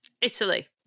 Italy